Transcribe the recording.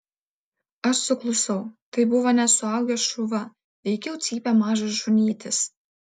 aš suklusau tai buvo ne suaugęs šuva veikiau cypė mažas šunytis